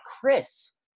Chris